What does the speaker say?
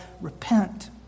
repent